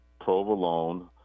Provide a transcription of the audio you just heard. provolone